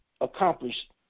accomplished